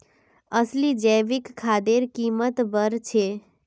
असली जैविक खादेर कीमत बढ़ छेक